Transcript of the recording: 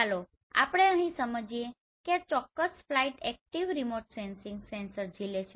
ચાલો આપણે અહીં સમજીએ કે આ ચોક્કસ flight active remote sensing sensor જીલે છે